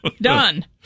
Done